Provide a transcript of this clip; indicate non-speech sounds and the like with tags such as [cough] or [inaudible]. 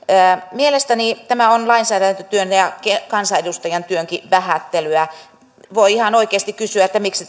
mielestäni tämä on lainsäädäntötyön ja kansaedustajankin työn vähättelyä voi ihan oikeasti kysyä miksi [unintelligible]